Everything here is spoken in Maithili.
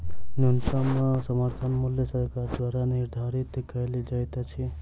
न्यूनतम समर्थन मूल्य सरकार द्वारा निधारित कयल जाइत अछि